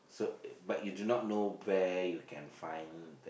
so but do you do not know where you can find